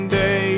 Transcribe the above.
day